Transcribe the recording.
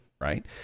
right